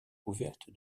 recouverte